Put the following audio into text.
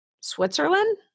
Switzerland